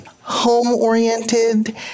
home-oriented